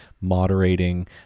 moderating